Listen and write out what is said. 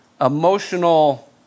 emotional